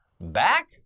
back